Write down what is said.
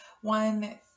One